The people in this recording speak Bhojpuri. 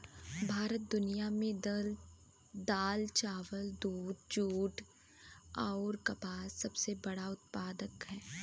भारत दुनिया में दाल चावल दूध जूट आउर कपास का सबसे बड़ा उत्पादक ह